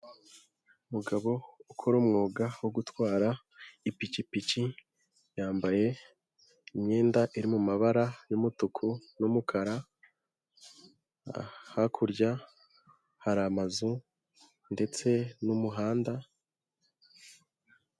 Umugabo ukora umwuga wo gutwara ipikipiki, yambaye imyenda iri mu mabara y'umutuku n'umukara, hakurya hari amazu ndetse n'umuhanda.